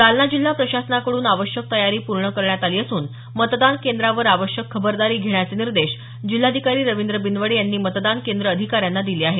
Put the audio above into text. जालना जिल्हा प्रशासनाकडून आवश्यक तयारी पूर्ण करण्यात आली असून मतदान केंद्रावर आवश्यक खबरदारी घेण्याचे निर्देश जिल्हाधिकारी रवींद्र बिनवडे यांनी मतदान केंद्र अधिकाऱ्यांना दिले आहेत